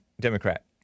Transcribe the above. Democrat